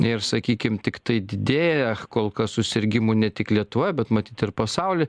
ir sakykim tiktai didėja kol kas susirgimų ne tik lietuvoje bet matyt ir pasauly